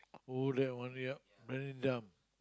or that one yeah very dumb